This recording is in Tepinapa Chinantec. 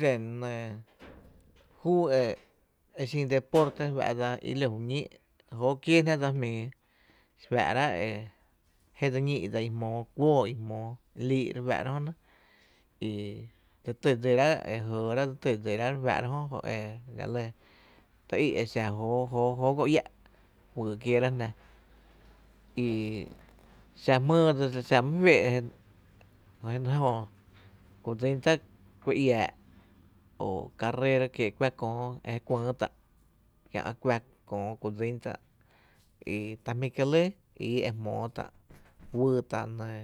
La ku xen júú e xin deporte fá’ dsa i ló ju ñíí’ jóó kiééjnáá’ dsa jmíi fáá’ráá’ e jé dse ñíí’ dsa i jmóó kuóó i jmóó lii’ re fáá’ra´’ jö nɇ, kö e la lɇ tý í’ e xa jóoó go iä’ juyy kieera jná, i xa jmii e dseli xa my féé’ e ji jö ku dsín tá’ kui iää, o carrera kie’ kuⱥ köö e kuÿÿ tá’ jö ku dsín tá’, jö ta jmí’ kie’ lɇ ii e jmóó tá’ wyy tá’ e xin e